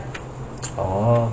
oh